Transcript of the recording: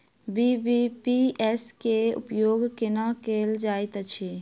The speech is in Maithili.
बी.बी.पी.एस केँ उपयोग केना कएल जाइत अछि?